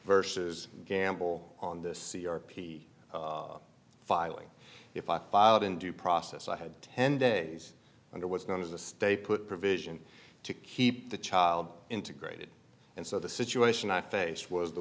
vs gamble on this c r a p filing if i filed in due process i had ten days under what's known as the stay put provision to keep the child integrated and so the situation i faced was the